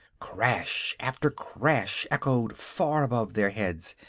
crash after crash echoed far above their heads,